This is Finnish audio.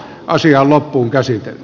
asiaa loppuunkäsite